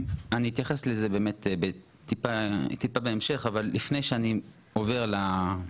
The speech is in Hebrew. אתייחס לזה בהמשך, אבל לפני שאני עובר לזה